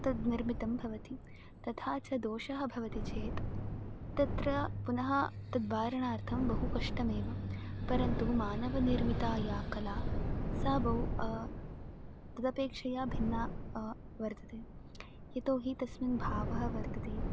तद् निर्मितं भवति तथा च दोषः भवति चेत् तत्र पुनः तद्वारणार्थं बहु कष्टमेव परन्तु मानवनिर्मिता या कला सा बहु तदपेक्षया भिन्ना वर्तते यतो हि तस्मिन् भावः वर्तते